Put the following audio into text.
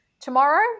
tomorrow